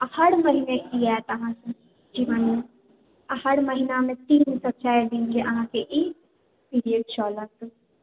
हर महीने ई आयत अहाँके ई मानियो हर महीनामे तीन से चारि दिन अहाँके ई पीरियड चलत